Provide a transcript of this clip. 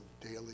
daily